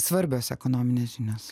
svarbios ekonominės žinios